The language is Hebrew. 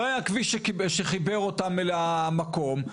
לא היה כביש שחיבר אותם אל המקום,